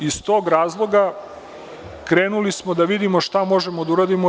Iz tog razloga, krenuli smo da vidimo šta možemo da uradimo.